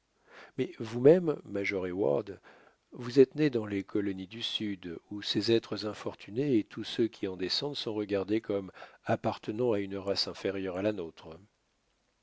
mais vousmême major heyward vous êtes né dans les colonies du sud où ces êtres infortunés et tous ceux qui en descendent sont regardés comme appartenant à une race inférieure à la nôtre